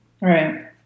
Right